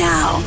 Now